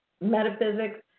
metaphysics